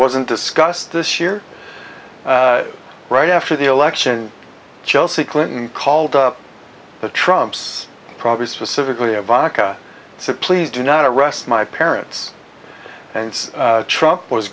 wasn't discussed this year right after the election chelsea clinton called up the trumps probably specifically a vodka so please do not arrest my parents and trump was